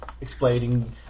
explaining